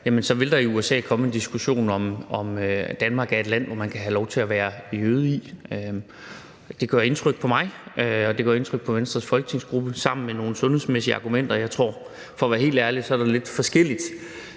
så vil der i USA komme en diskussion om, om Danmark er et land, som man kan have lov til at være jøde i. Det gør indtryk på mig, og det gør indtryk på Venstres folketingsgruppe sammen med nogle sundhedsmæssige argumenter. Jeg tror, for at være helt ærlig, at det er lidt forskelligt,